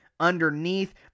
underneath